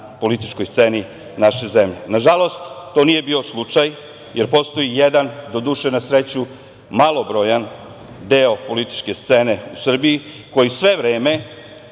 političkoj sceni naše zemlje. Nažalost, to nije bio slučaj, jer postoji jedan, doduše, na sreću, malobrojan deo političke scene u Srbiji koji se sve vreme,